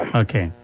okay